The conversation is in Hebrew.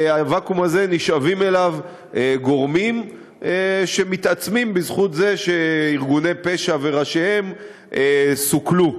נשאבים גורמים שמתעצמים בזכות זה שארגוני פשע וראשיהם סוכלו.